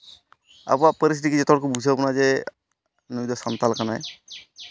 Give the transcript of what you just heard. ᱟᱵᱚᱣᱟᱜ ᱯᱟᱹᱨᱤᱥ ᱛᱮᱜᱮ ᱡᱚᱛᱚ ᱦᱚᱲ ᱠᱚ ᱵᱩᱡᱷᱟᱹᱣ ᱢᱟ ᱡᱮ ᱱᱩᱭ ᱫᱚ ᱥᱟᱱᱛᱟᱞ ᱠᱟᱱᱟᱭ